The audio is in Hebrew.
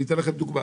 אני אתן לכם דוגמה